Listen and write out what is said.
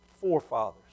forefathers